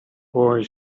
boy